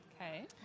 Okay